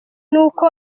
n’uko